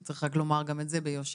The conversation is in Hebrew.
צריך לומר גם את זה ביושר.